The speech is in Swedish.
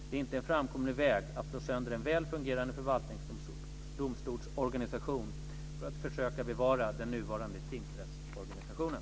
Det är inte en framkomlig väg att slå sönder en väl fungerande förvaltningsdomstolsorganisation för att försöka bevara den nuvarande tingsrättsorganisationen.